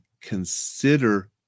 consider